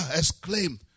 Exclaimed